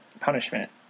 punishment